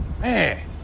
Man